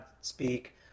speak